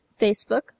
Facebook